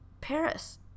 Paris